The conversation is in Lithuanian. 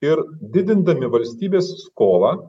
ir didindami valstybės skolą